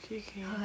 okay okay